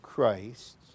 Christ